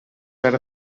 ara